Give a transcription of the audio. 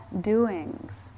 doings